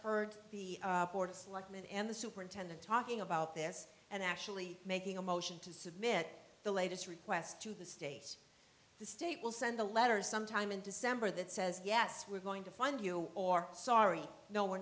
selectmen and the superintendent talking about this and actually making a motion to submit the latest request to the states the state will send a letter sometime in december that says yes we're going to fund you or sorry no we're